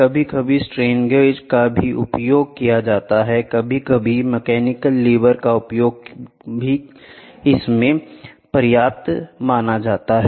कभी कभी strain gauge का भी उपयोग किया जाता है कभी कभी मैकेनिकल लीवर का उपयोग माप के लिए भी किया जाता है